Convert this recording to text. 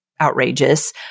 outrageous